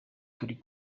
turi